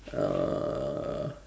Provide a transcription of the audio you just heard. uh